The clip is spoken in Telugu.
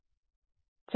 విద్యార్థి ప్రతిస్పందన